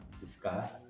discuss